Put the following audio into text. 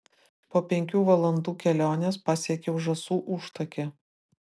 po penkių valandų kelionės pasiekiau žąsų užtakį